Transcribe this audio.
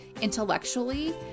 intellectually